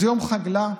זה יום חג לה,